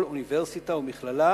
כל אוניברסיטה ומכללה